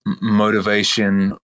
motivation